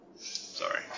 Sorry